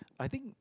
I think